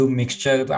mixture